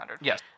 Yes